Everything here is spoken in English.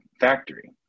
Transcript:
factory